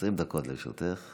מיכאלי, 20 דקות לרשותך.